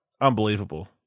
Unbelievable